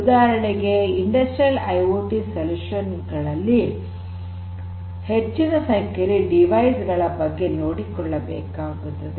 ಉದಾಹರಣೆಗೆ industrial IoT solution ಗಳಲ್ಲಿ ಹೆಚ್ಚಿನ ಸಂಖ್ಯೆಯಲ್ಲಿ ಸಾಧನಗಳ ಬಗ್ಗೆ ನೋಡಿಕೊಳ್ಳಬೇಕಾಗುತ್ತದೆ